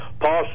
Paul